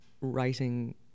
writing